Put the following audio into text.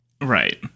Right